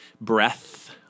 breath